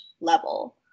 level